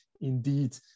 indeed